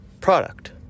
product